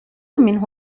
منه